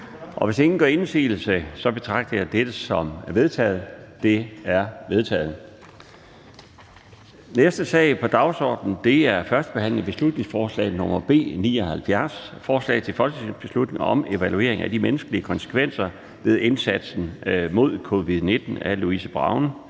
Hvis ingen gør indsigelse mod dette, betragter jeg det som vedtaget. Det er vedtaget. --- Det næste punkt på dagsordenen er: 4) 1. behandling af beslutningsforslag nr. B 79: Forslag til folketingsbeslutning om evaluering af de menneskelige konsekvenser ved indsatsen mod covid-19. Af Louise Brown